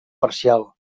parcial